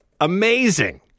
Amazing